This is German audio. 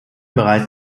bereits